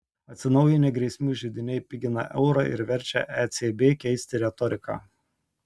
atsinaujinę grėsmių židiniai pigina eurą ir verčia ecb keisti retoriką